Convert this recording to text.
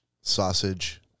sausage